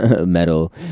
metal